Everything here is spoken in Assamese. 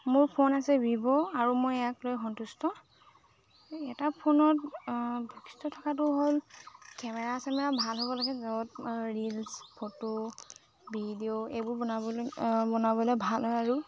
মোৰ ফোন আছে ভিভ' আৰু মই ইয়াক লৈ সন্তুষ্ট এটা ফোনত বৈশিষ্ট্য থকাটো হ'ল কেমেৰা চেমেৰা ভাল হ'ব লাগে যত ৰিলচ ফটো ভিডিঅ' এইবোৰ বনাবলৈ বনাবলে ভাল হয় আৰু